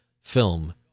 film